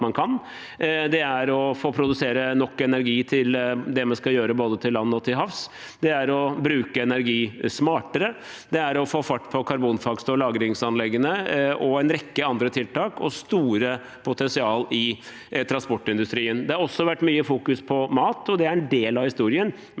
man kan, få produsert nok energi til det man skal gjøre både til lands og til havs, bruke energi smartere, få fart på karbonfangst- og lagringsanleggene og en rekke andre tiltak, og det er stort potensial i transportindustrien. Det har også vært fokusert mye på mat, og det er en del av historien,